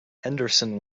henderson